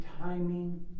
timing